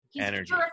energy